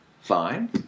fine